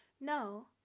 no